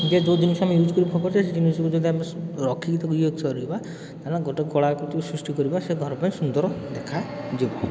ଯେ ଯେଉଁ ଜିନିଷ ଆମେ ୟୂଜ୍ କରିକି ଫୋପାଡ଼ି ଦେଉଛେ ସେ ଜିନିଷକୁ ଆମେ ଯଦି ରଖିକି ତାକୁ ୟୁଜ୍ କରିବା ତା'ହେଲେ ଗୋଟେ କଳାକୃତି ସୃଷ୍ଟି କରିବା ସେ ଘର ପାଇଁ ସୁନ୍ଦର ଦେଖାଯିବ